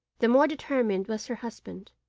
the more determined was her husband.